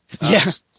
Yes